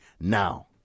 now